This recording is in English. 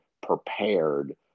prepared